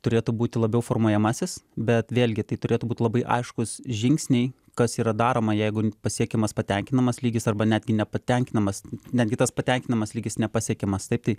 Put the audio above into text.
turėtų būti labiau formuojamasis bet vėlgi tai turėtų būti labai aiškūs žingsniai kas yra daroma jeigu pasiekiamas patenkinamas lygis arba netgi nepatenkinamas netgi tas patenkinamas lygis nepasiekiamas taip tai